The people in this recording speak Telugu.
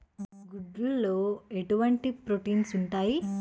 గుడ్లు లో ఎటువంటి ప్రోటీన్స్ ఉంటాయి?